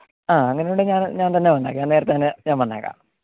ആ അങ്ങനെ ഉണ്ടെങ്കിൽ അത് ഞാൻ തന്നെ വന്നേക്കാം നേരത്തേ തന്നെ ഞാൻ വന്നേക്കാം